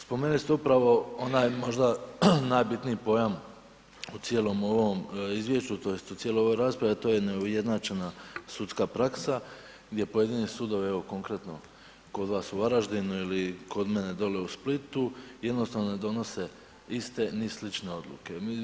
Spomenuli ste upravo onaj možda najbitniji pojam u cijelom ovom izvješću tj. u cijeloj ovoj raspravi a to je neujednačena sudska praksa gdje pojedini sudovi evo konkretno kod vas u Varaždinu ili kod mene dolje u Splitu, jednostavno ne donose iste ni slične odluke.